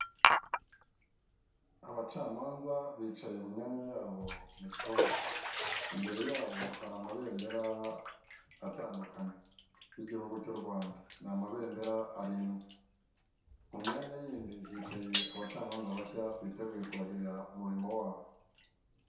Abacamanza bicaye mu myanya yabo mu cyumba, Imbere yabo hari amabendera atandukanye y'igihugu cy'u Rwanda, ni amabendera arindwi. Mu myanya yindi hicaye abacamanza bashya biteguye kurahirira umurimo wabo